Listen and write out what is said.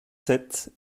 sept